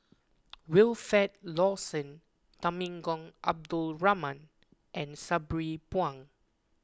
Wilfed Lawson Temenggong Abdul Rahman and Sabri Buang